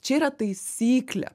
čia yra taisyklė